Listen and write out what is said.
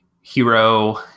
hero